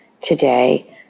today